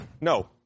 No